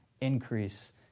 increase